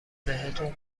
بهتون